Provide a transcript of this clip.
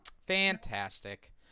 fantastic